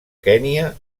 kenya